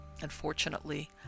Unfortunately